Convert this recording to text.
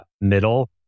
middle